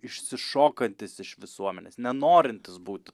išsišokantis iš visuomenės nenorintis būt